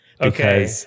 Okay